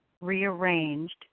rearranged